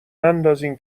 نندازین